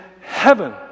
heaven